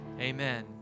amen